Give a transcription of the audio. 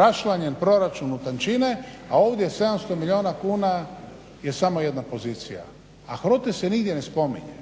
raščlanjen proračun u tančine, a ovdje je 700 milijuna kuna je samo jedna pozicija. A HROTE se nigdje ne spominje.